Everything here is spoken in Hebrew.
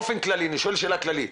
אני שואל שאלה כללית.